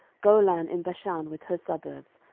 golan in bashan with her suburbs,